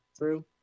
True